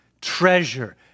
treasure